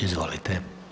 Izvolite.